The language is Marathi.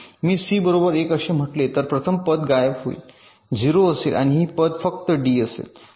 मी C बरोबर 1 असे म्हटले तर प्रथम पद गायब होईल 0 असेल आणि ही पद फक्त डी असेल